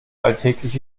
alltäglich